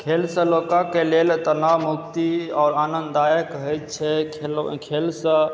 खेलसँ लोकक लेल तनाव मुक्ति आओर आनंददायक होइत छै खेलसंँ